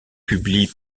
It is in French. publie